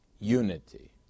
Unity